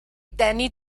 danny